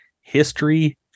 History